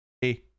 Hey